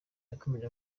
yakomeje